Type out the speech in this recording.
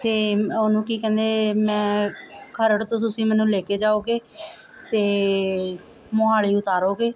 ਅਤੇ ਉਹਨੂੰ ਕੀ ਕਹਿੰਦੇ ਮੈਂ ਖਰੜ ਤੋਂ ਤੁਸੀਂ ਮੈਨੂੰ ਲੈ ਕੇ ਜਾਓਗੇ ਅਤੇ ਮੋਹਾਲੀ ਉਤਾਰੋਗੇ